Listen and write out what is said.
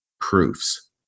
proofs